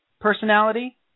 personality